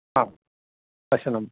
आं लशुनम्